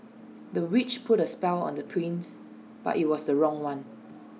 the witch put A spell on the prince but IT was the wrong one